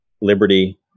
liberty